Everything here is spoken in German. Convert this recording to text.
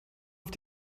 auf